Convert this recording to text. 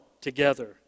together